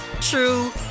true